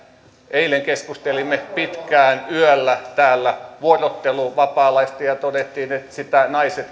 eilen keskustelimme pitkään yöllä täällä vuorotteluvapaalaista ja ja todettiin että naiset